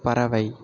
பறவை